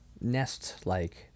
nest-like